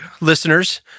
listeners